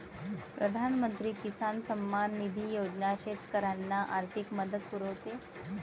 प्रधानमंत्री किसान सन्मान निधी योजना शेतकऱ्यांना आर्थिक मदत पुरवते